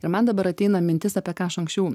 ir man dabar ateina mintis apie ką aš anksčiau